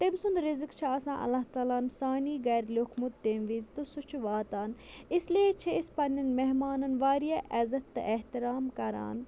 تٔمۍ سُنٛد رِزق چھِ آسان اللہ تعالیٰ ہَن سانی گَرِ لیوٚکھمُت تَمہِ ویٖز تہٕ سُہ چھُ واتان اِسلیے چھِ أسۍ پنٛنٮ۪ن مہمانَن واریاہ عٮ۪زت تہٕ احترام کَران